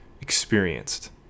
experienced